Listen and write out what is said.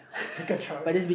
I can try